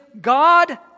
God